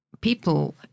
people